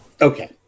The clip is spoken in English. Okay